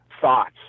thoughts